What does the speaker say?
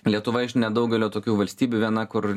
lietuva iš nedaugelio tokių valstybių viena kur